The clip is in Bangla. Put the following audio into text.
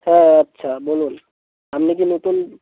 হ্যাঁ আচ্ছা বলুন আপনি কি নতুন